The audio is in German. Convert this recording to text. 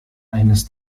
eines